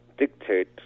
dictate